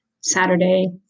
Saturday